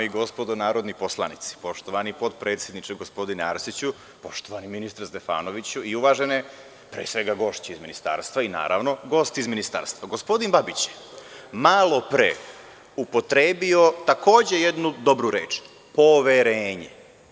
Dame i gospodo narodni poslanici, poštovani potpredsedniče, gospodine Arsiću, poštovani ministre Stefanoviću, uvažene gošće iz Ministarstva i gosti iz Ministarstva, gospodin Babić je malopre upotrebio takođe jednu dobru reč – poverenje.